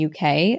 UK